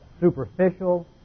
superficial